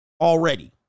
already